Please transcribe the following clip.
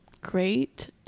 Great